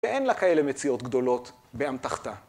ואין לה כאלה מציאות גדולות באמתחתה.